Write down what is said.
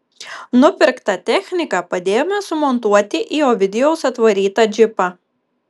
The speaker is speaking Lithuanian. nupirktą techniką padėjome sumontuoti į ovidijaus atvarytą džipą